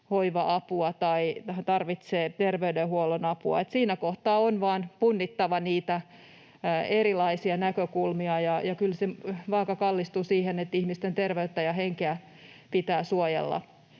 hoiva-apua tai tarvitsee terveydenhuollon apua. Siinä kohtaa on vain punnittava niitä erilaisia näkökulmia, ja kyllä se vaaka kallistuu siihen, että ihmisten terveyttä ja henkeä pitää suojella.